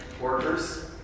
workers